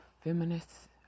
feminists